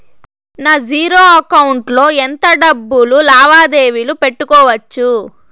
నా zero account లో ఎంత డబ్బులు లావాదేవీలు పెట్టుకోవచ్చు?